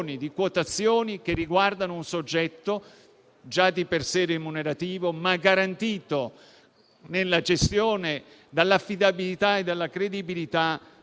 e quotazioni che riguardano un soggetto già di per sé remunerativo, ma garantito nella gestione dall'affidabilità e dalla credibilità